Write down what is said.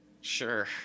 Sure